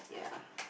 yeah